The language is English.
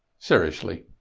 seriously,